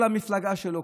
כל המפלגה שלו,